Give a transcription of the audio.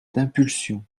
d’impulsion